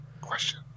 Question